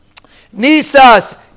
Nisas